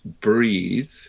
breathe